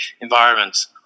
environments